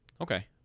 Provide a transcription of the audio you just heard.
Okay